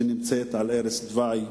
שנמצאת על ערש דווי,